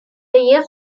years